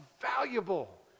valuable